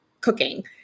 cooking